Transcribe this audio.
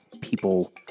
people